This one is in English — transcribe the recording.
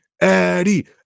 Eddie